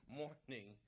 morning